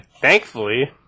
Thankfully